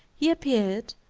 he appeared,